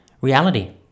reality